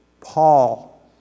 Paul